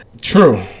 True